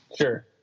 Sure